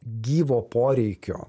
gyvo poreikio